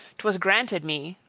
twas granted me,